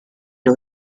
los